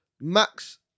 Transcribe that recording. Max